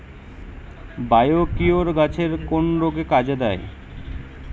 Biocure গাছের কোন রোগে কাজেদেয়?